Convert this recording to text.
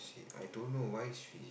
she I don't know why she